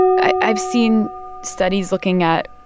i've seen studies looking at,